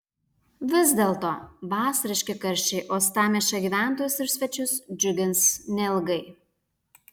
vis dėlto vasariški karščiai uostamiesčio gyventojus ir svečius džiugins neilgai